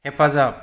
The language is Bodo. हेफाजाब